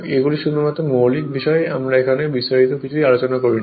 এগুলি শুধুমাত্র মৌলিক বিষয় আমরা এখানে বিস্তারিত কিছুই আলোচনা করিনি